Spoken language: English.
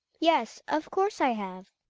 yes, of course i have.